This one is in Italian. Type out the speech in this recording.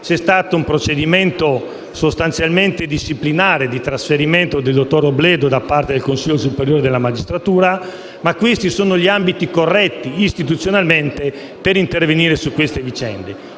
c'è stato un procedimento sostanzialmente disciplinare di trasferimento del dottor Robledo da parte del Consiglio superiore della magistratura. Questi sono però gli ambiti istituzionalmente corretti per intervenire su tali vicende.